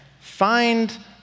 Find